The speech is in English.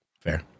Fair